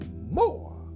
more